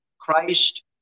Christ